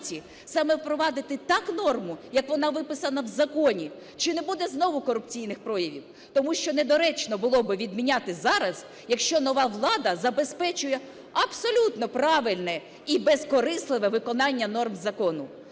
саме впровадити так норму, як вона виписана в законі, чи не буде знову корупційних проявів? Тому що недоречно було відміняти зараз, якщо нова влада забезпечує абсолютно правильне і безкорисливе виконання норм закону.